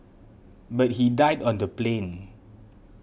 but he died on the plane